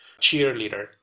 cheerleader